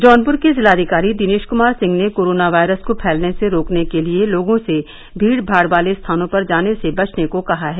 जौनपुर के जिलाधिकारी दिनेश कुमार सिंह ने कोरोना वायरस को फैलने से रोकने के लिये लोगों से भीड़ भाड़ वाले स्थानों पर जाने से बचने को कहा है